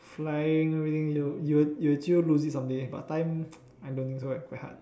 flying everything you you you sure lose it someday but time I don't know also very hard